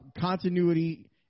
continuity